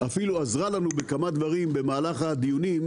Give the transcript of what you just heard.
ואפילו עזרה לנו לתקן כמה דברים במהלך הדיונים,